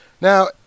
Now